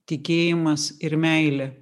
tikėjimas ir meilė